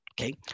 Okay